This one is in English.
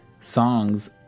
songs